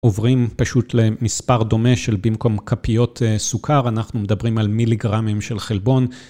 עוברים פשוט למספר דומה של במקום כפיות סוכר, אנחנו מדברים על מיליגרמים של חלבון.